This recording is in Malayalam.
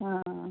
ആ ആ